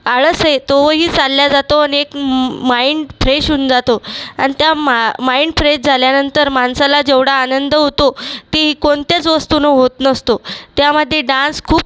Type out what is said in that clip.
आळस आहे तोही चालल्या जातो आणि एक माईंड फ्रेश होऊन जातो आणि त्या मा माईंड फ्रेश झाल्यानंतर माणसाला जेवढा आनंद होतो ते कोणत्याच वस्तूनं होत नसतो त्यामध्ये डान्स खूप